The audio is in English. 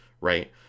right